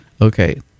okay